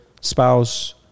spouse